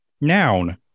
Noun